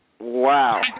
Wow